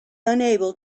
unable